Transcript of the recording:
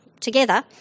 together